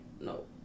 no